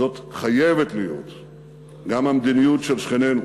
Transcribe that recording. זאת חייבת להיות גם המדיניות של שכנינו,